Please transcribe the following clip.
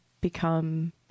become